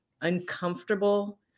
uncomfortable